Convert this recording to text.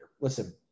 Listen